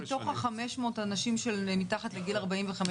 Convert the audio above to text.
אז מתוך ה-500 אנשים שמתחת לגיל 45,